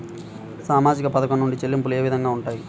సామాజిక పథకం నుండి చెల్లింపులు ఏ విధంగా ఉంటాయి?